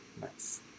Nice